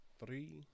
three